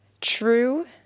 true